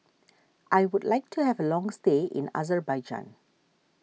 I would like to have a long stay in Azerbaijan